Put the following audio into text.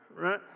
Right